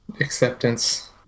acceptance